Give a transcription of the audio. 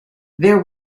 their